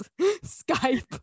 skype